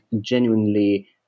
genuinely